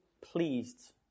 pleased